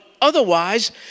otherwise